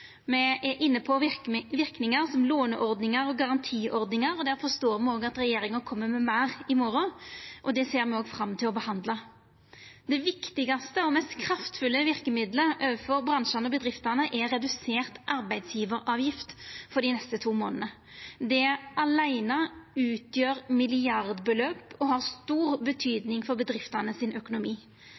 Me er inne på verkemiddel som låneordningar og garantiordningar. Der forstår me at regjeringa kjem med meir i morgon, og det ser me òg fram til å behandla. Det viktigaste og mest kraftfulle verkemiddelet overfor bransjane og bedriftene er redusert arbeidsgjevaravgift for dei neste to månadene. Det åleine utgjer milliardbeløp og har stor betyding for økonomien til bedriftene.